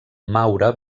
maura